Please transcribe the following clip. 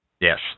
Yes